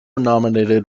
nominated